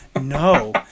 No